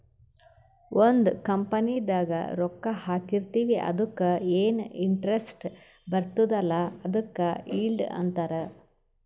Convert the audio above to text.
ಒಂದ್ ಕಂಪನಿದಾಗ್ ರೊಕ್ಕಾ ಹಾಕಿರ್ತಿವ್ ಅದುಕ್ಕ ಎನ್ ಇಂಟ್ರೆಸ್ಟ್ ಬರ್ತುದ್ ಅಲ್ಲಾ ಅದುಕ್ ಈಲ್ಡ್ ಅಂತಾರ್